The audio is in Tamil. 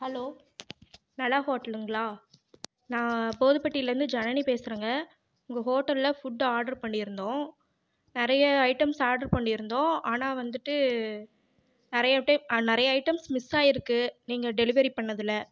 ஹலோ நிலா ஹோட்டலுங்களா நான் போதுப்பட்டிலேருந்து ஜனனி பேசுகிறேங்க உங்கள் ஹோட்டலில் ஃபுட்டு ஆர்டர் பண்ணியிருந்தோம் நிறைய ஐட்டம்ஸ் ஆர்டர் பண்ணியிருந்தோம் ஆனால் வந்துட்டு நிறைய ஆ நிறையா ஐட்டம்ஸ் மிஸ் ஆகிருக்கு நீங்கள் டெலிவெரி பண்ணதில்